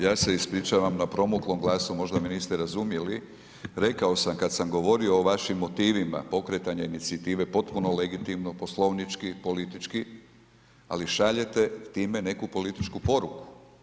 Ja se ispričavam na promuklom glasu, možda me niste razumjeli, rekao sam kad sam govorio o vašim motivima pokretanja inicijative potpuno legitimno, poslovnički, politički, ali šaljete time neku političku poruku.